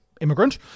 immigrant